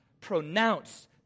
pronounce